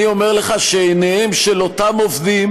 אני אומר לך שעיניהם של אותם עובדים